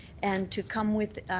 and to come with